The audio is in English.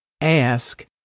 ask